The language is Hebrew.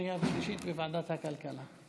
חבר הכנסת מיקי לוי בעד, כן?